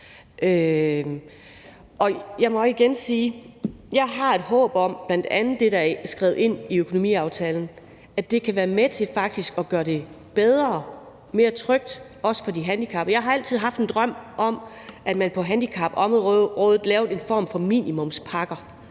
jeg har et håb om, at bl.a. det, der er skrevet ind i økonomiaftalen, kan være med til faktisk at gøre det bedre, mere trygt, også for de handicappede. Jeg har altid haft en drøm om, at man på handicapområdet lavede en form for minimumspakker,